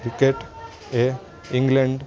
cricket એ England